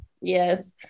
yes